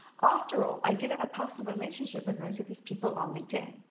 after all, i did have a personal relationship with most of these people on linkedin.